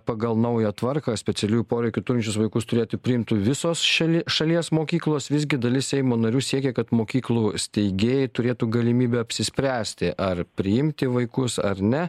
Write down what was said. pagal naują tvarką specialiųjų poreikių turinčius vaikus turėtų priimti visos šalie šalies mokyklos visgi dalis seimo narių siekia kad mokyklų steigėjai turėtų galimybę apsispręsti ar priimti vaikus ar ne